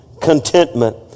contentment